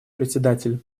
председатель